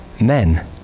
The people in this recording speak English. men